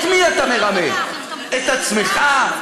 את מי אתה מרמה, את עצמך?